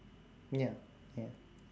ya ya